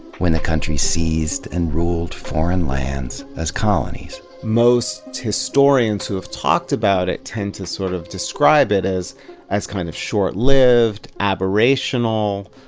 when the country seized and ruled foreign lands as colonies. most historians who have talked about it tend to sort of describe it as as kind of short-lived, aberrational.